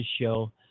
Show